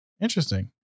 interesting